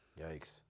yikes